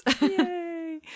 Yay